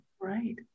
Right